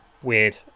weird